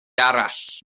arall